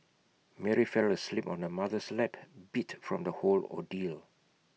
Mary fell asleep on her mother's lap beat from the whole ordeal